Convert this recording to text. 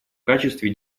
качестве